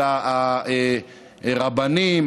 אלא רבנים,